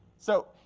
so,